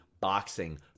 boxing